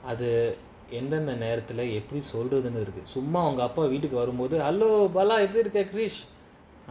அதுஎந்தெந்தநேரத்துலஎப்படிசொல்றதுன்னுஇருக்குசும்மாஉங்கஅப்பாவீட்டுக்குவரும்போதுஹலோஎப்படிஇருக்கக்ரிஷ்:adhu endhentha nerathula epdi solrathunu iruku summa unga appa veetuku varumpothu halo epdi iruka krish